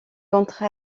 d’entre